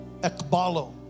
Ekbalo